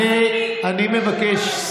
פעם ראשונה שאני מבקש,